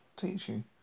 teaching